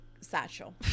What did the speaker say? Satchel